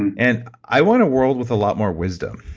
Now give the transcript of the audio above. and and i want a world with a lot more wisdom.